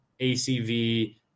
ACV